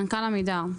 מנכ"ל עמידר,